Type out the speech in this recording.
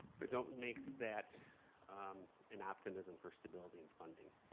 but don't make that an optimism for stability and funding.